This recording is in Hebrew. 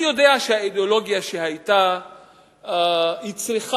אני יודע שהאידיאולוגיה היתה צריכה